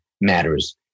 matters